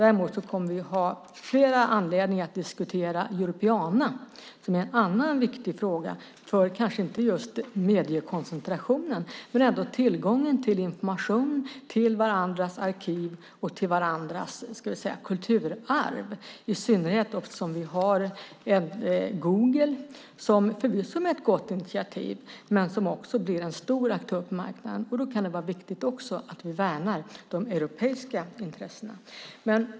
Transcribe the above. Däremot kommer vi att ha flera anledningar att diskutera Europeana, som är en annan viktig fråga, kanske inte just för mediekoncentrationen men för tillgången till information, till varandras arkiv och till varandras kulturarv - i synnerhet som vi har Google, som förvisso är ett gott initiativ men som också blir en stor aktör på marknaden. Då kan det vara viktigt att vi värnar de europeiska intressena.